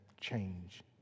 change